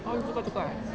oh dia tukar tukar eh